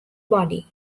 body